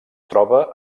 troba